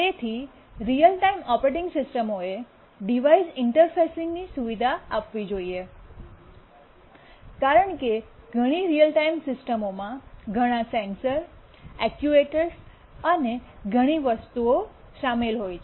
તેથી real time operating સિસ્ટમોએ device ઇંટરફેસિંગની સુવિધા આપવી જોઈએ કારણ કે ઘણી રીઅલ ટાઇમ સિસ્ટમોમાં ઘણા સેન્સર એક્ચ્યુએટર્સ અને ઘણી વસ્તુઓ શામેલ હોય છે